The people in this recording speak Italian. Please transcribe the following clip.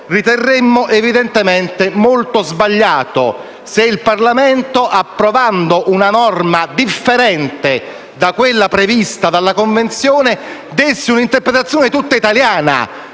Riterremmo, evidentemente, molto sbagliato se il Parlamento, approvando una norma differente da quella prevista dalla Convenzione, desse una interpretazione tutta italiana.